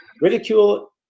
ridicule